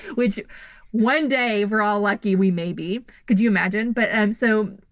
which one day if we're all lucky we may be, could you imagine? but and so,